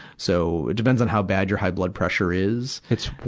so, it depends on how bad your high blood pressure is. it's,